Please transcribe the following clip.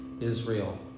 Israel